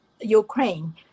Ukraine